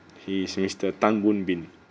he is mr tan boon bin